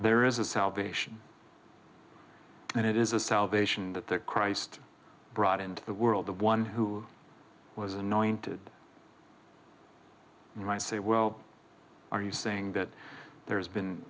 there is a salvation and it is a salvation that the christ brought into the world the one who was anointed you might say well are you saying that there has been